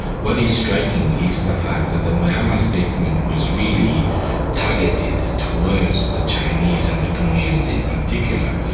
what is striking is the fact that the murayama statement was really targeted towards the chinese and the koreans in particular,